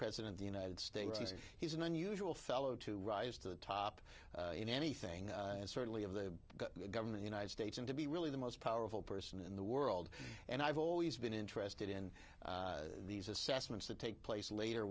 president the united states and he's an unusual fellow to rise to the top in anything and certainly of the government united states and to be really the most powerful person in the world and i've always been interested in these assessments that take place later